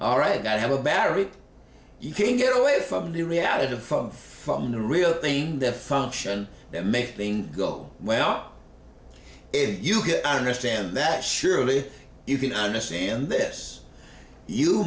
all right i have a battery you can get away from the reality of foam from the real thing and the function that makes things go well if you get understand that surely you can understand this you